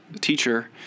teacher